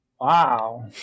Wow